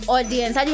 Audience